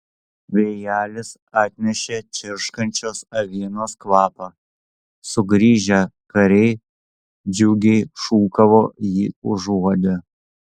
vėjelis atnešė čirškančios avienos kvapą sugrįžę kariai džiugiai šūkavo jį užuodę